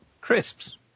Crisps